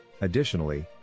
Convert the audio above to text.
Additionally